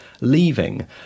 leaving